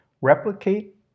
replicate